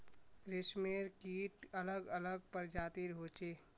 रेशमेर कीट अलग अलग प्रजातिर होचे